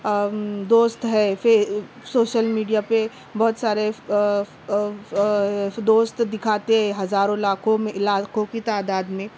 دوست ہے social media پہ بہت سارے دوست دکھاتے ہزاروں لاکھوں میں لاکھوں کی تعداد میں